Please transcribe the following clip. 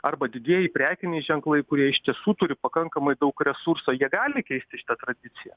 arba didieji prekiniai ženklai kurie iš tiesų turi pakankamai daug resursų jie gali keisti šitą tradiciją